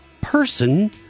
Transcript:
person